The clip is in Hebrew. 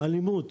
אלימות,